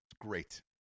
Great